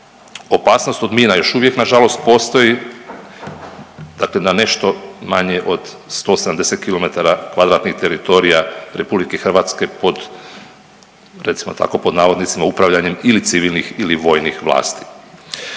Opasnost od mina još uvijek nažalost još uvijek postoji, dakle na nešto manje od 170 kilometara kvadratnih teritorija RH je pod recimo tako pod navodnicima, upravljanjem ili civilnih ili vojnih vlasti.